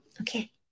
Okay